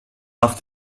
auf